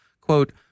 Quote